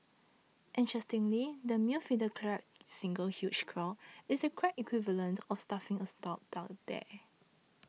interestingly the male Fiddler Crab's single huge claw is the crab equivalent of stuffing a sock down there